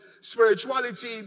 spirituality